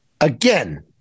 again